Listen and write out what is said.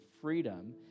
freedom